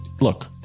look